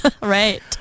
Right